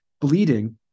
bleeding